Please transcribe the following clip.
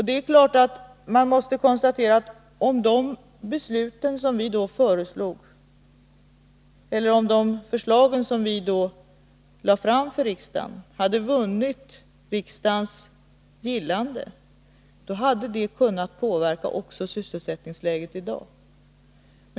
Det är klart att man måste konstatera, att om de förslag som socialdemokraterna då lade fram i riksdagen hade vunnit riksdagens gillande, hade detta också kunnat påverka dagens sysselsättningsläge.